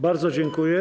Bardzo dziękuję.